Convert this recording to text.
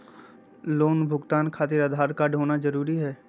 Loan भुगतान खातिर Aadhaar card होना जरूरी है?